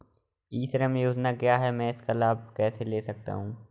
ई श्रम योजना क्या है मैं इसका लाभ कैसे ले सकता हूँ?